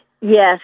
Yes